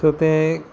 so तें